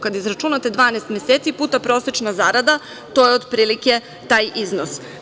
Kad izračunate 12 meseci puta prosečna zarada, to je otprilike taj iznos.